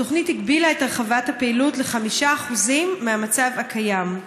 התוכנית הגבילה את הרחבת הפעילות ל-5% מהמצב הקיים.